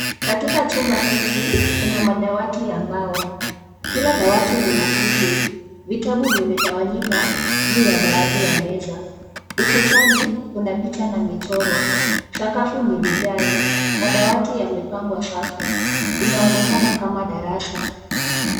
Katika chumba hiki kuna madawati ya mbao. Kila dawati lina kiti. Vitabu vimetawanyilka juu ya baadhi ya meza. Ukutani kuna picha na michoro. Sakafu ni vigae. Madawati yamepangwa safu. Inaonekana kama ni darasa.